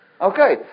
Okay